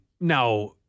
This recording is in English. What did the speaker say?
Now